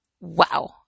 Wow